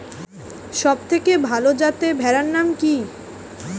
সবথেকে ভালো যাতে ভেড়ার নাম কি?